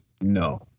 No